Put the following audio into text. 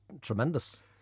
tremendous